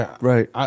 right